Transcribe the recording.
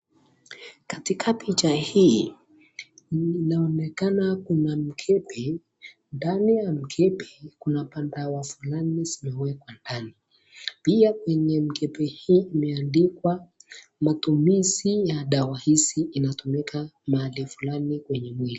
Katika picha hii, inaonekana kuna mkebe , nmdani ya mkebe, kuna madawa fulani zimewekwa ndani. Pia kwa mkebe hii imeandikwa matumizi ya dawa hizi inatumika mahali fulani kwenye mwili.